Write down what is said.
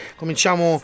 cominciamo